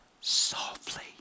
softly